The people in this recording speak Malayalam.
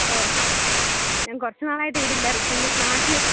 ഞാൻ കുറച്ചു നാളായിട്ടിവിടില്ലായിരുന്നു അപ്പെനിക്ക് നാട്ടി